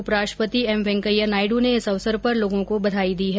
उपराष्ट्रपति एम वेंकैया नायडू ने इस अवसर पर लोगों को बधाई दी है